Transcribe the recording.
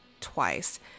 twice